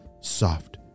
soft